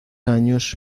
años